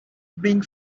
bring